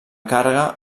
càrrega